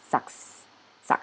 sucks suck